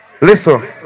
Listen